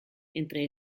entre